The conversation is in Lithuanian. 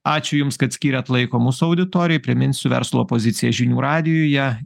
ačiū jums kad skyrėt laiko mūsų auditorijai priminsiu verslo pozicija žinių radijuje